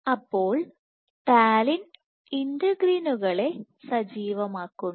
അതിനാൽ ടാലിൻ ഇന്റഗ്രിനുകളെ സജീവമാകുന്നു